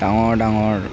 ডাঙৰ ডাঙৰ